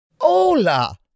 Hola